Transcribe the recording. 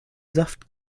saft